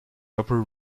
upper